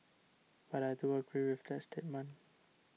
but I do agree with that statement